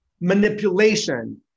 manipulation